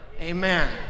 amen